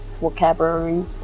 vocabulary